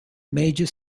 major